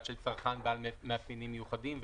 של צרכן בעל מאפיינים מיוחדים וכולי.